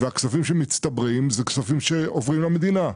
והכספים שמצטברים הם כספים שעוברים למדינה.